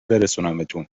برسونمتون